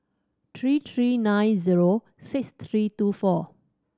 three three nine zero six three two four